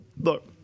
Look